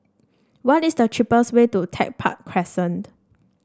what is the cheapest way to Tech Park Crescent